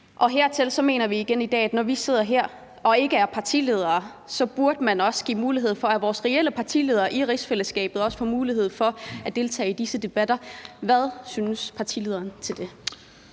Og derfor mener vi igen i dag, at når vi sidder her og ikke er partiledere, burde man også give mulighed for, at vores reelle partileder i rigsfællesskabet også kan deltage i disse debatter. Hvad synes partilederen om det?